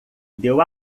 deu